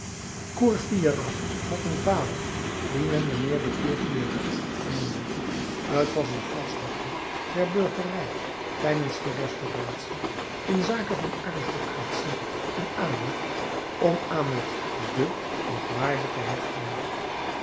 courfeyrac had een vader dien men mijnheer de courfeyrac noemde t was een valsch begrip der burgerij tijdens de restauratie in zake van aristocratie en adel om aan het de nog waarde te hechten